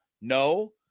No